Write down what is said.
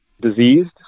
diseased